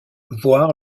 voir